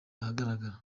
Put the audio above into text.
ahagaragara